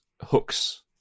hooks